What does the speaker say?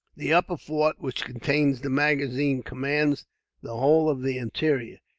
the upper fort, which contains the magazine, commands the whole of the interior.